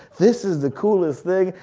this is the coolest thing,